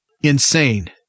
insane